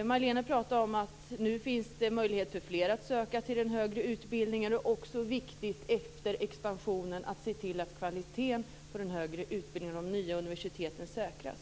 Panke pratade om att det nu finns möjlighet för fler att söka till den högre utbildningen och att det efter expansionen är viktigt att se till att kvaliteten på den högre utbildningen och de nya universitetens säkras.